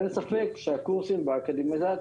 אין ספק שהקורסים באקדמיה,